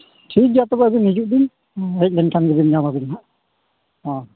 ᱴᱷᱤᱠᱜᱮᱭᱟ ᱛᱚᱵᱮ ᱟᱹᱵᱤᱱ ᱦᱤᱡᱩᱜᱵᱤᱱ ᱦᱮᱡᱞᱮᱱ ᱠᱷᱟᱱᱜᱮᱵᱤᱱ ᱧᱟᱢᱟᱵᱤᱱ ᱦᱟᱸᱜ ᱦᱮᱸ